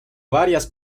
varias